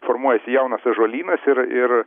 formuojasi jaunas ąžuolynas ir ir